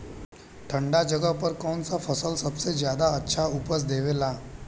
ठंढा जगह पर कौन सा फसल सबसे ज्यादा अच्छा उपज देवेला?